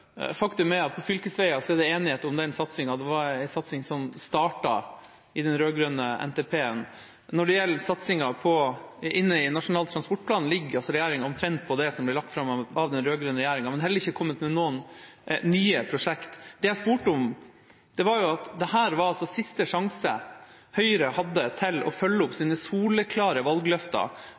Faktum er at når det gjelder fylkesveier, er det enighet om den satsingen, det var en satsing som startet i den rød-grønne NTP-en. Når det gjelder satsingen i Nasjonal transportplan, ligger regjeringa omtrent på det som ble lagt fram av den rød-grønne regjeringa, men har heller ikke kommet med noen nye prosjekter. Det jeg spurte om, gjaldt at dette er siste sjanse Høyre har til å følge opp sine soleklare valgløfter